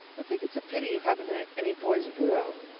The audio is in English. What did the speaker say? i think it's a pity you haven't any boys of your own.